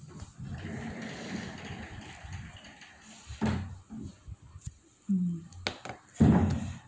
mm